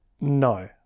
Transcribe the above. No